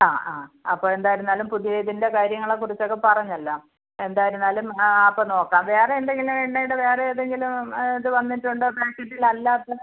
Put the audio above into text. ആ ആ അപ്പോൾ എന്തായിരുന്നാലും പുതിയ ഇതിൻ്റ കാര്യങ്ങളെ കുറിച്ചൊക്കെ പറഞ്ഞല്ലോ എന്തായിരുന്നാലും ആ അപ്പോൾ നോക്കാം വേറെ എന്തെങ്കിലും എണ്ണേടെ വേറെ ഏതെങ്കിലും ഇത് വന്നിട്ടുണ്ടോ പായ്ക്കറ്റിലല്ലാത്ത